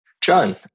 John